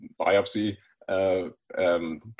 biopsy